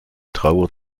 trauer